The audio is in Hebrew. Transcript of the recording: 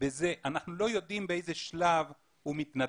אנחנו לא יודעים באיזה שלב הוא מתנתק.